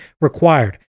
required